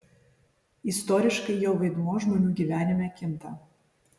istoriškai jo vaidmuo žmonių gyvenime kinta